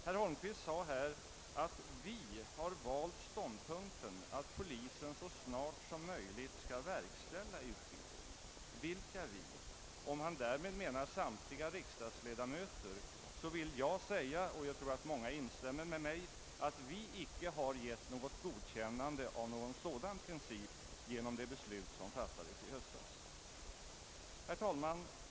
Herr Holmqvist sade för en stund sedan att vi har valt ståndpunkten att polisen så snart som möjligt skall verkställa utvisning. Vilka »vi»? Om han därmed menar samtliga riksdagsledamöter vill jag säga — och jag tror att många instämmer med mig — att vi icke anser oss ha givit något godkännande av en sådan princip genom det beslut som fattades i höstas. Herr talman!